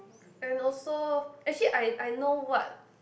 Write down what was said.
and also actually I I know what